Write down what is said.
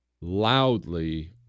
loudly